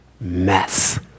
mess